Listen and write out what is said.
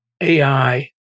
AI